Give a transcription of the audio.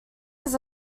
had